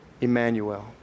Emmanuel